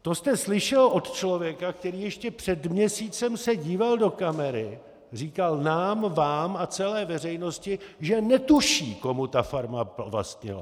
To jste slyšel od člověka, který ještě před měsícem se díval do kamery, říkal nám, vám a celé veřejnosti, že netuší, komu ta farma patřila.